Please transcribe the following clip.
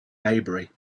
maybury